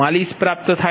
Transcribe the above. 024 4